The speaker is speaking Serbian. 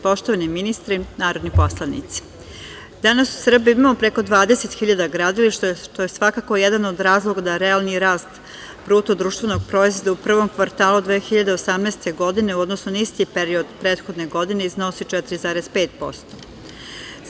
Poštovani ministre, narodni poslanici, danas u Srbiji imamo preko 20 hiljada gradilišta, što je svakako jedan od razloga da realni rast bruto društvenog proizvoda u prvom kvartalu 2018. godine u odnosu na isti period prethodne godine iznosi 4,5%